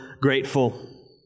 grateful